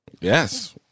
yes